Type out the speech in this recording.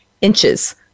inches